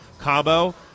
Cabo